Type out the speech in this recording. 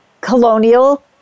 colonial